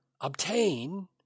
obtain